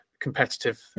competitive